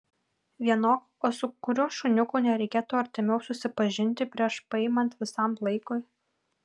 vienok o su kuriuo šuniuku nereikėtų artimiau susipažinti prieš paimant visam laikui